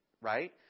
right